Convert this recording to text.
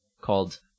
called